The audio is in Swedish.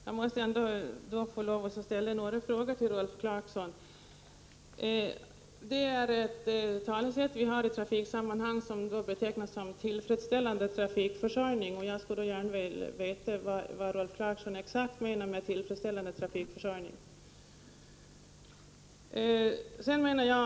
Fru talman! Jag måste få ställa några frågor till Rolf Clarkson. Ett talesätt vi har i trafiksammanhang är ”tillfredsställande trafikförsörjning”. Jag skulle gärna vilja veta exakt vad Rolf Clarkson menar med detta.